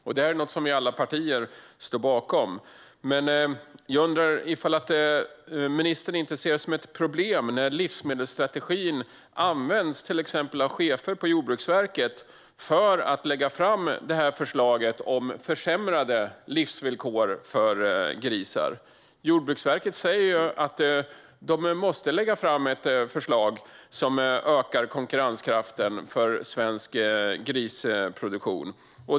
Detta är något som alla partier står bakom, men jag undrar om ministern inte ser det som ett problem när livsmedelsstrategin används av till exempel chefer på Jordbruksverket för att lägga fram förslaget om försämrade livsvillkor för grisar. Jordbruksverket säger att de måste lägga fram ett förslag som ökar konkurrenskraften för svensk grisproduktion.